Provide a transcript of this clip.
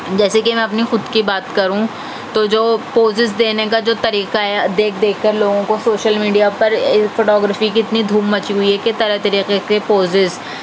جیسے کہ میں اپنی خود کی بات کروں تو جو پوزیز دینے کا جو طریقہ ہے دیکھ دیکھ کر لوگوں کو سوشل میڈیا پر فوٹو گرافی کی اتنی دھوم مچی ہوئی ہے کہ طرح طریقے کے پوزیز